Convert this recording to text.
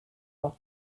ought